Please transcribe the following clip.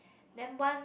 then one